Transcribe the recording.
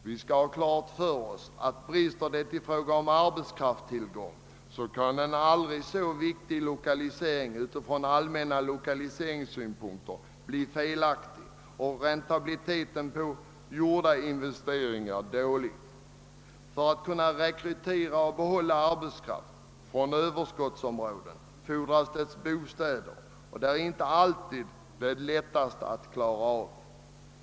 Vi skall ha klart för oss att om det inte finns tillgång på arbetskraft kan en från allmänna lokaliseringssynpunkter aldrig så viktig lokalisering bli felaktig och räntabiliteten på gjorda investeringar dålig. För att kunna rekrytera och behålla arbetskraft från överskottsområden fordras bostäder, och det är inte alltid så lätt att ordna sådana.